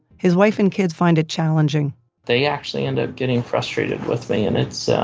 his wife and kids find it challenging they actually end up getting frustrated with me, and it's, so